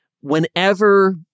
whenever